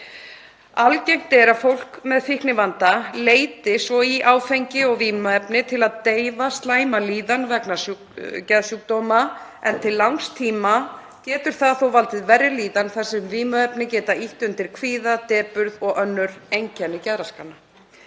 Algengt er að fólk með fíknivanda leiti svo í áfengi og vímuefni til að deyfa slæma líðan vegna geðsjúkdóma en til langs tíma getur það valdið verri líðan þar sem vímuefni geta ýtt undir kvíða, depurð og önnur einkenni geðraskana.